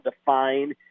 define